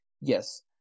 yes